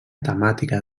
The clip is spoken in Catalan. temàtica